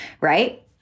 right